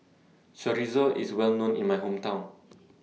Chorizo IS Well known in My Hometown